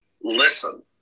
listen